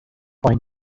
point